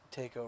takeover